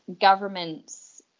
governments